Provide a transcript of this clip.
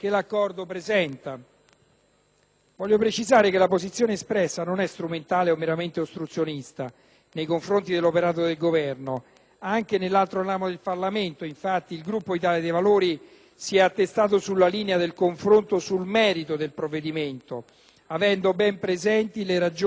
nei confronti dell'operato del Governo. Anche nell'altro ramo del Parlamento, infatti, il Gruppo Italia dei Valori si è attestato sulla linea del confronto sul merito del provvedimento, avendo ben presenti le ragioni che hanno spinto gli ultimi Governi, e non solo quello attuale, a trattare un accordo con la Libia.